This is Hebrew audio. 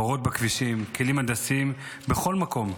בורות בכבישים, כלים הנדסיים בכל מקום,